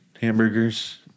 hamburgers